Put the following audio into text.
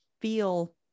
feel